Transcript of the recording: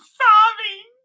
sobbing